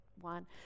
one